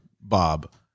Bob